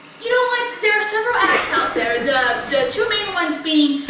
you know what, there are several apps out there. the the two main ones being,